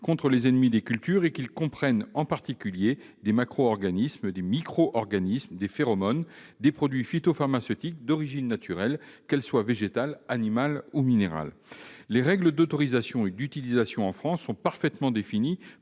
contre les ennemis des cultures et qu'ils comprennent en particulier des macroorganismes, des microorganismes, des phéromones et des produits phytopharmaceutiques d'origine naturelle, qu'elle soit végétale, animale ou minérale. Les règles d'autorisation et d'utilisation en France de chacune de ces